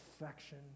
affection